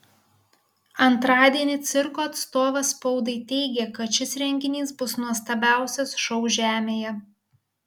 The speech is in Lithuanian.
antradienį cirko atstovas spaudai teigė kad šis renginys bus nuostabiausias šou žemėje